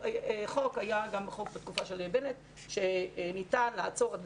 היה חוק גם בתקופה של בנט שניתן לעצור את זה,